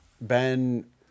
Ben